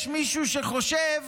יש מישהו שחושב